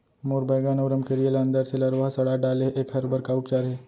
मोर बैगन अऊ रमकेरिया ल अंदर से लरवा ह सड़ा डाले हे, एखर बर का उपचार हे?